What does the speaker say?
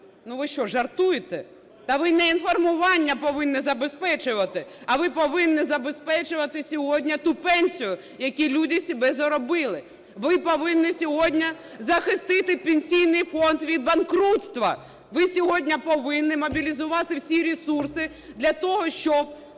Ну, ви що, жартуєте? Та ви не інформування повинні забезпечувати, а ви повинні забезпечувати сьогодні ту пенсію, яку люди собі заробили. Ви повинні сьогодні захистити Пенсійний фонд від банкрутства, ви сьогодні повинні мобілізувати всі ресурси для того, щоб